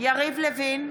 יריב לוין,